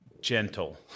gentle